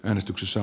äänestyksessä